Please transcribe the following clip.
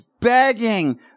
begging